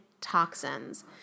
toxins